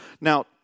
Now